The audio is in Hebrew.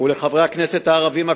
ולחברי הכנסת הערבים,